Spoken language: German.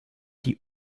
die